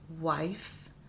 wife